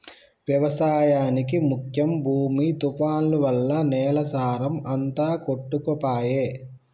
వ్యవసాయానికి ముఖ్యం భూమి తుఫాన్లు వల్ల నేల సారం అంత కొట్టుకపాయె